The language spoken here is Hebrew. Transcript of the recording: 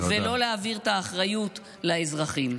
ולא להעביר את האחריות לאזרחים.